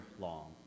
long